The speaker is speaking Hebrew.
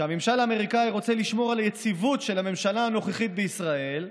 שהממשל האמריקני רוצה לשמור על היציבות של הממשלה הנוכחית בישראל,